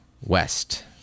West